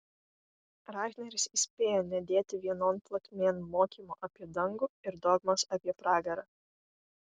rahneris įspėja nedėti vienon plotmėn mokymo apie dangų ir dogmos apie pragarą